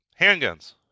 handguns